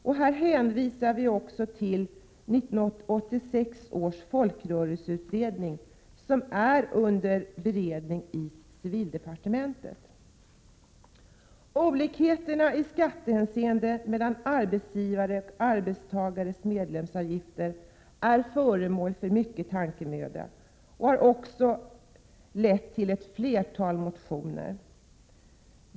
Utskottet hänvisar också till 1986 års folkrörelseutredning som är under beredning i civildepartementet. Olikheterna i skattehänseende mellan arbetsgivares och arbetstagares medlemsavgifter är föremål för mycket tankemöda och har också lett till ett flertal motioner.